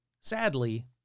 Sadly